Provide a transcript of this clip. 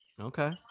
Okay